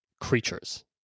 creatures